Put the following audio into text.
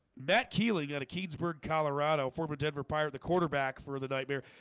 matt keeley got a keeds burg, colorado former denver fire the quarterback for the nightmare.